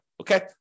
Okay